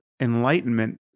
Enlightenment